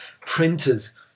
printers